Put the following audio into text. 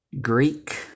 Greek